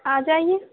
آ جائیے